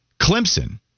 Clemson